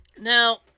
Now